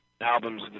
albums